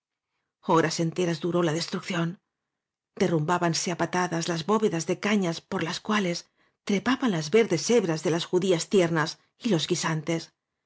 horas enteras duró la destrucción derrumbabánse á patadas las bóvedas de cañas por las cuales trepa ban las ver des hebras de las judías tier nas y los